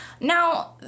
now